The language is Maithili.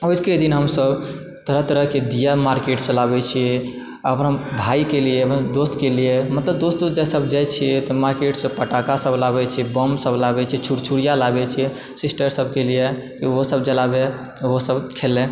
ओझुके दिन हमसभ तरह तरह के दिया मार्केटसँ लाबै छियै आपन हम भाइ के लिये मतलब दोस्त के लिये मतलब दोस्तो सभ जाइ छियै तऽ मार्केटसँ पटाका सभ लाबै छियै बम सभ लाबै छियै छुरछुड़िया लाबै छियै सिस्टर सभके लिये कि ओहो सभ जलाबै ओहो सभ खेलै